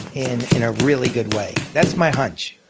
in in a really good way. that's my hunch.